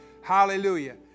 Hallelujah